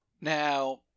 now